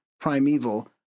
primeval